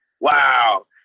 wow